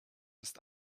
ist